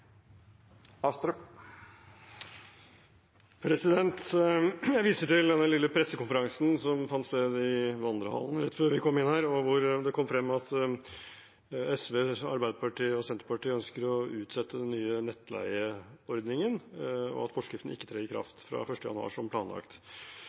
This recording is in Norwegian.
Jeg viser til den lille pressekonferansen som fant sted i vandrehallen rett før vi kom inn her, og hvor det kom frem at SV, Arbeiderpartiet og Senterpartiet ønsker å utsette den nye nettleieordningen, og at forskriften ikke trer i